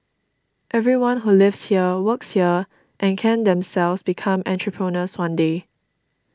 everyone who lives here works here and can themselves become entrepreneurs one day